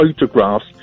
photographs